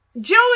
Joey